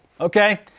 okay